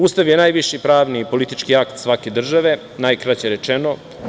Ustav je najviši pravni i politički akt svake države, najkraće rečeno.